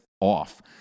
off